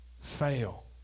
fail